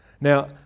Now